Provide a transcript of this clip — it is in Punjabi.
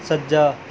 ਸੱਜਾ